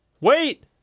wait